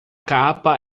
capa